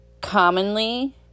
commonly